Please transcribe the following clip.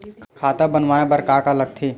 खाता बनवाय बर का का लगथे?